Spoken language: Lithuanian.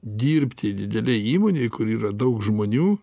dirbti didelėj įmonėj kur yra daug žmonių